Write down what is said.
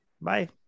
Bye